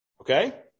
Okay